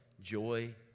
joy